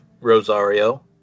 rosario